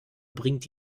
bringt